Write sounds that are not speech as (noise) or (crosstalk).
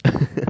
(noise)